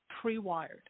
pre-wired